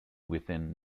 within